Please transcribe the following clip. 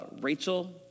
Rachel